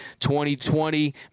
2020